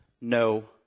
no